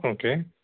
okay